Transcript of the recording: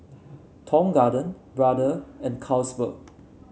Tong Garden Brother and Carlsberg